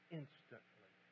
instantly